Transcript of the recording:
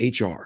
HR